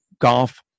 golf